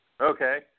Okay